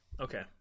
Okay